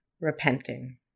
repenting